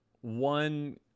one